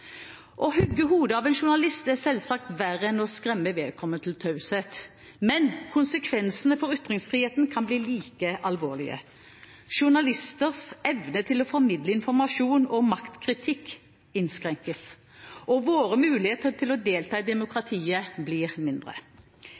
Å hugge hodet av en journalist er selvsagt verre enn å skremme vedkommende til taushet. Men konsekvensene for ytringsfriheten kan bli like alvorlige. Journalisters evne til å formidle informasjon og maktkritikk innskrenkes, og våre muligheter til å delta i demokratiet blir mindre.